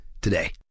today